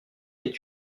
est